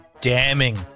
damning